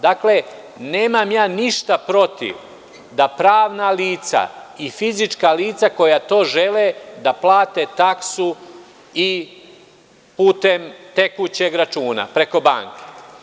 Dakle, nemam ja ništa protiv da pravna lica i fizička lica koja to žele da plate taksu i putem tekućeg računa, preko banke.